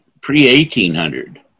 pre-1800